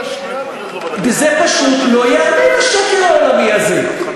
זה פשוט לא ייאמן, השקר העולמי הזה.